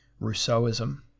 Rousseauism